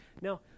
Now